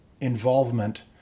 involvement